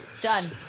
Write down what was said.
Done